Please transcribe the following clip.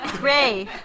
Ray